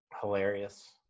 Hilarious